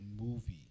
movie